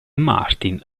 martin